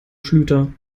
schlüter